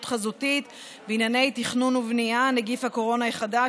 חזותית בענייני תכנון ובנייה (נגיף הקורונה החדש,